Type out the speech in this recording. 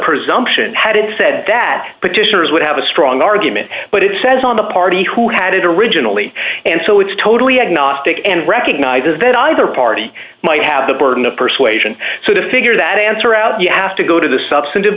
presumption had said that petitioners would have a strong argument but it says on the party who had it originally and so it's totally agnostic and recognizes that either party might have the burden of persuasion so to figure that answer out you have to go to the substantive